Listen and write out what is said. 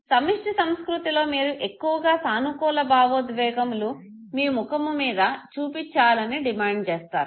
సమిష్టి సంస్కృతిలో మీరు ఎక్కువగా సానుకూల భావోద్వేగములు మీ ముఖముమీద చూపించాలని డిమాండ్ చేస్తారు